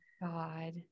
God